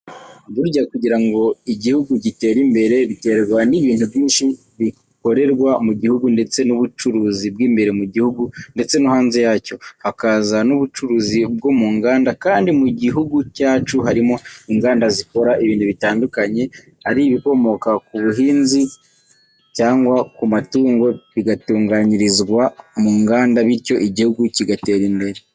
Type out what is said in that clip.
Burya kugira ngo igihugu gitere imbere, biterwa n'ibintu byinshi bikorerwa mu gihugu ndetse n'ubucuruzi bw'imbere mu gihugu ndetse no hanze yacyo, hakaza n'ubucuruzi bwo mu nganda, kandi mu gihugu cyacu harimo inganda zikora ibintu bitandukanye, ari ibikomoka ku buhinzi cyangwa ku matungo, bigatunganyirizwa mu nganda, bityo igihugu kigatera imbere.